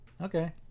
Okay